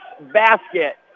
basket